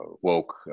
woke